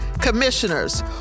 commissioners